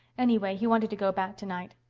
anyway, he wanted to go back tonight.